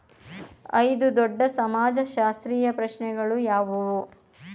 ಐದು ದೊಡ್ಡ ಸಮಾಜಶಾಸ್ತ್ರೀಯ ಪ್ರಶ್ನೆಗಳು ಯಾವುವು?